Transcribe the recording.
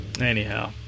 anyhow